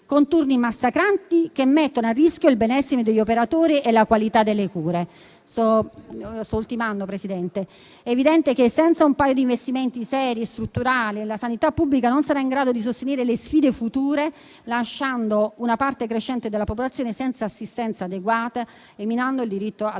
con turni massacranti che mettono a rischio il benessere degli operatori e la qualità delle cure. È evidente che senza un piano di investimenti seri e strutturali, la sanità pubblica non sarà in grado di sostenere le sfide future, lasciando una parte crescente della popolazione senza assistenza adeguata e minando il diritto alla salute,